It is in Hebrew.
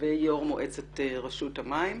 מועצת רשות המים.